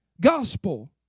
Gospel